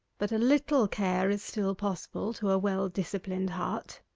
but a little care is still possible to a well-disciplined heart.